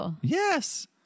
yes